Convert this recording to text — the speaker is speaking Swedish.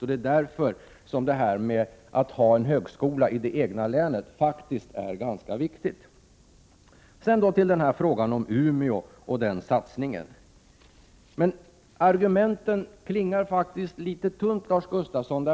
Det är därför det är ganska viktigt att det finns en högskola i det egna länet. Jag vill sedan ta upp satsningen i Umeå. Argumenten klingar litet svagt, Lars Gustafsson.